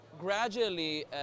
gradually